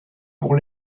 pour